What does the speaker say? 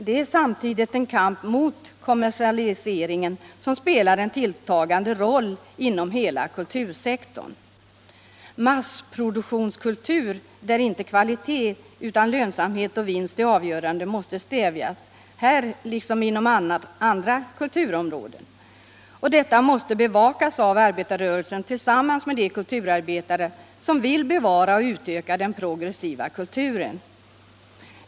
Det är samtidigt en kamp mot kommersialiseringen, som spelar en tilltagande roll inom hela kultursektorn. Massproduktionskultur där inte kvalitet utan lönsamhet och vinst är avgörande måste stävjas, här liksom på andra kulturområden. Detta måste bevakas av arbetarrörelsen tillsammans med de kulturarbetare som vill bevara och utöka den progressiva kulturen.